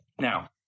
now